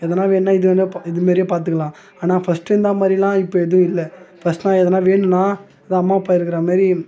எதனா வேணுன்னா இது பா இது மாரியே பார்த்துக்கலாம் ஆனால் ஃபர்ஸ்ட்டு இருந்தா மாதிரிலாம் இப்போ எதுவும் இல்லை ஃபர்ஸ்ட்டுலாம் எதனா வேணுன்னா அதான் அம்மா அப்பா எடுக்குறா மாரி